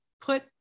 put